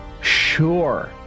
sure